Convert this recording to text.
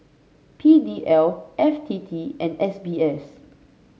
P D L F T T And S B S